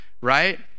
right